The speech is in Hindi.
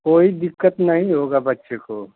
कोई दिक्कत नहीं होगी बच्चे को